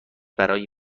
برای